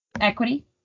Equity